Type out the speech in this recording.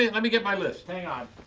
and let me get my list, hang on.